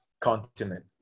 continent